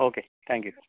okay thank you